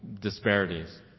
disparities